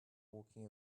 walking